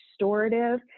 restorative